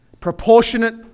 Proportionate